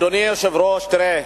אדוני היושב-ראש, תראה,